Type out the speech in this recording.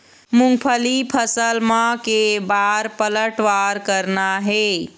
मूंगफली फसल म के बार पलटवार करना हे?